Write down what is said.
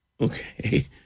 okay